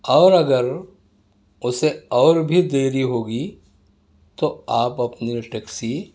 اور اگر اسے اور بھی دیری ہوگی تو آپ اپنی ٹیکسی